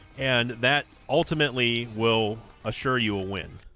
and that ultimately will assure you will win